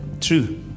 True